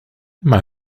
maar